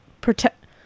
protect